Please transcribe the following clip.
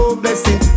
blessing